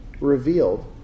revealed